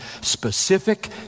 specific